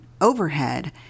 overhead